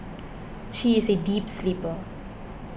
she is a deep sleeper